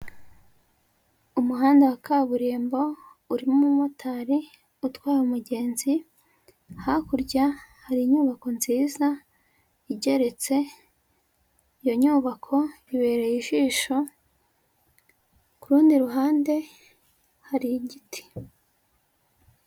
Umuhanda wa kaburimbo urimo umumotari utwaye umugenzi, hakurya hari inyubako nziza igeretse iyo nyubako ibereye ijisho, ku rundi ruhande hari igiti.